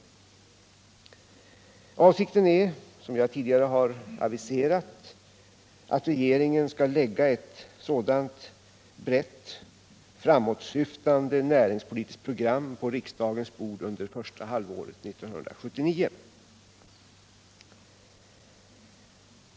Avsikten är, som jag tidigare har aviserat, att regeringen skall lägga ett sådant brett framåtsyftande näringspolitiskt program på riksdagens bord under första halvåret 1979.